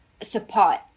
support